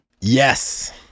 yes